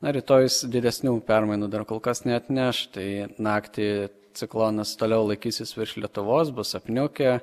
rytojus didesnių permainų dar kol kas neatneš tai naktį ciklonas toliau laikysis virš lietuvos bus apniukę